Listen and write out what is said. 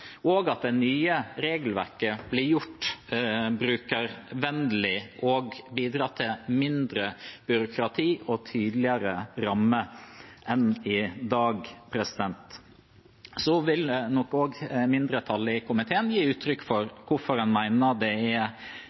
og at det nye regelverket blir gjort brukervennlig og bidrar til mindre byråkrati og tydeligere rammer enn i dag. Mindretallet i komiteen vil nok gi uttrykk for hvorfor en mener det er